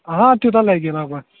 آ تیوٗتاہ لگہِ لگ بگ